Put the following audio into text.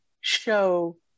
show